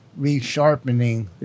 resharpening